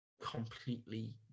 completely